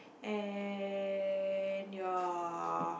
and ya